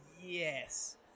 yes